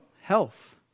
health